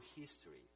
history